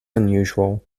unusual